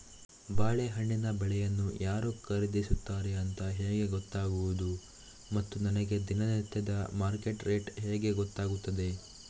ಬಾಳೆಹಣ್ಣಿನ ಬೆಳೆಯನ್ನು ಯಾರು ಖರೀದಿಸುತ್ತಾರೆ ಅಂತ ಹೇಗೆ ಗೊತ್ತಾಗುವುದು ಮತ್ತು ನನಗೆ ದಿನನಿತ್ಯದ ಮಾರ್ಕೆಟ್ ರೇಟ್ ಹೇಗೆ ಗೊತ್ತಾಗುತ್ತದೆ?